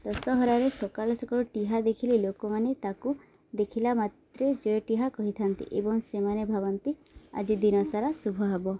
ଦଶହରାରେ ସକାଳୁ ସକାଳୁ ଟିହା ଦେଖିଲେ ଲୋକମାନେ ତାକୁ ଦେଖିଲା ମାତ୍ରେ ଯେଟିହା କହିଥାନ୍ତି ଏବଂ ସେମାନେ ଭାବନ୍ତି ଆଜି ଦିନସାରା ଶୁଭ ହବ